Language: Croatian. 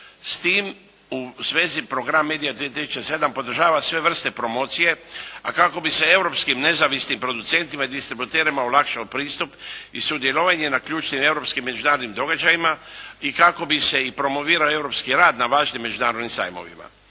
S tim u svezi Program Media 2007. podržava sve vrste promocije, a kako bi se europskim nezavisnim producentima i distributerima olakšao pristup i sudjelovanje na ključnim europskim i međunarodnim događajima i kako bi se i promovirao europski rad na važnim međunarodnim sajmovima.